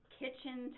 kitchen